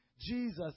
jesus